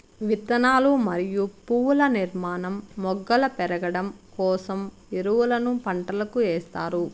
విత్తనాలు మరియు పువ్వుల నిర్మాణం, మొగ్గలు పెరగడం కోసం ఎరువులను పంటలకు ఎస్తారు